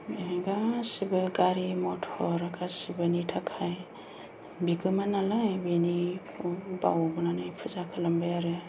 बे गासैबो गारि मटर गासैबोनि थाखाय बिगोमा नालाय बेनिखौ बावनानै फुजा खालामबाय आरो